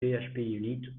phpunit